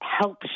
helps